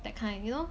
that kind you know